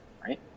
right